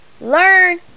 Learn